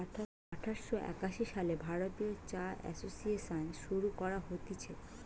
আঠার শ একাশি সালে ভারতীয় চা এসোসিয়েসন শুরু করা হতিছে